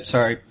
Sorry